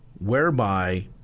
whereby